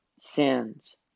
sins